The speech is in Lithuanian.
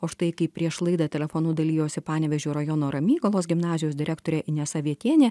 o štai kai prieš laidą telefonu dalijosi panevėžio rajono ramygalos gimnazijos direktorė inesa vietienė